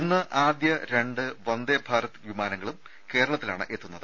ഇന്ന് ആദ്യ രണ്ട് വന്ദേഭാരത് വിമാനങ്ങളും കേരളത്തിലാണ് എത്തുന്നത്